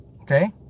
Okay